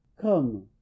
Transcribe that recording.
come